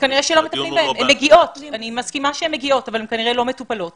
אני מסכימה שהן מגיעות אבל הן כנראה לא מטופלות.